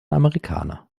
amerikaner